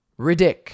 Ridic